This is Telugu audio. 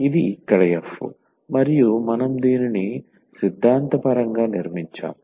ఇది ఇక్కడ f మరియు మనం దీనిని సిద్ధాంతపరంగా నిర్మించాము